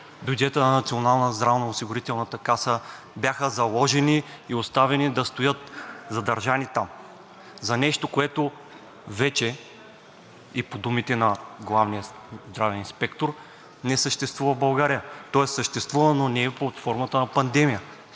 бюджета на Националната здравноосигурителна каса бяха заложени и оставени да стоят задържани там за нещо, което вече – и по думите на главния здравен инспектор, не съществува в България, тоест съществува, но не е под формата на пандемия.